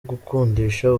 gukundisha